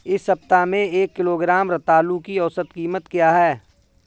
इस सप्ताह में एक किलोग्राम रतालू की औसत कीमत क्या है?